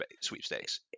sweepstakes